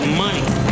money